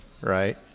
right